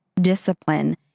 discipline